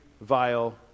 vile